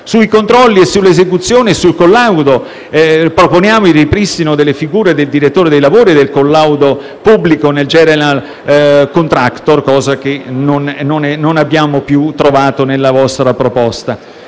Sui controlli, sull'esecuzione e sul collaudo, proponiamo il ripristino delle figure del direttore dei lavori e del collaudo pubblico nel *general contractor*, che non abbiamo più trovato nella vostra proposta.